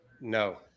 No